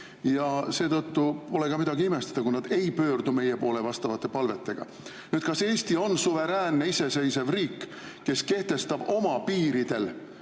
Ja seetõttu pole ka midagi imestada, kui nad ei pöördu meie poole vastavate palvetega. Kas Eesti on suveräänne iseseisev riik, kes kehtestab oma piiridel